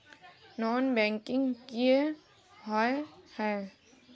Non banking किए हिये है?